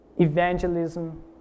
evangelism